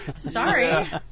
Sorry